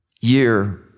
year